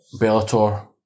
Bellator